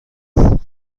است